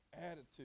attitude